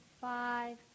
five